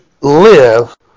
live